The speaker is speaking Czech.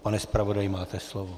Pane zpravodaji, máte slovo.